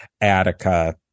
Attica